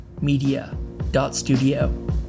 media.studio